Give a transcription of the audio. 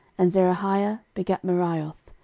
and zerahiah begat meraioth,